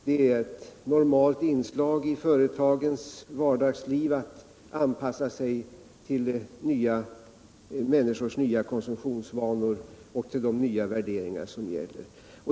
Det är ett normalt inslag i företagens vardagsliv att anpassa sig till människors nya konsumtionsvanor och till de nya värderingar som gäller.